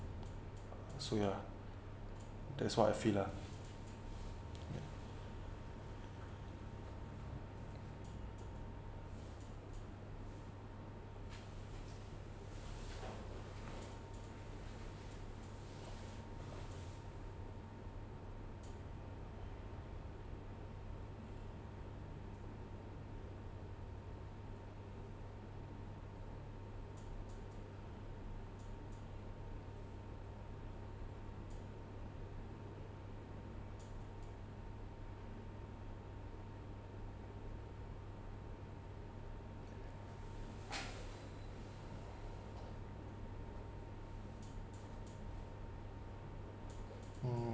so ya that's what I feel lah mm